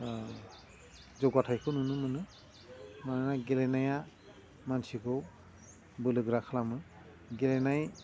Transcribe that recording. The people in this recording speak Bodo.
जौगाथाइखौ नुनो मोनो मानोना गेलेनाया मानसिखौ बोलोगोरा खालामो गेलेनाय